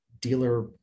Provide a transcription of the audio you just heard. dealer